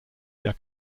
der